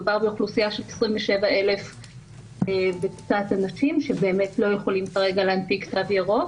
מדובר באוכלוסיה של 27,000 ואנשים שבאמת לא יכולים כרגע להנפיק תו ירוק